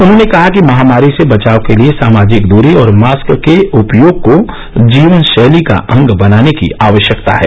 उन्होंने कहा कि महामारी से बचाव के लिए सामाजिक दूरी और मास्क के उपयोग को जीवनशैली का अंग बनाने की आवश्यकता है